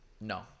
no